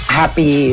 happy